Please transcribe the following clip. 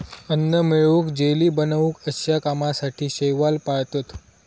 अन्न मिळवूक, जेली बनवूक अश्या कामासाठी शैवाल पाळतत